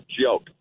joke